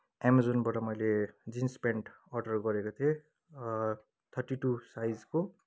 एमाजोनबाट मैले jeans pant order गरेको थिएँ थर्टी टू साइजको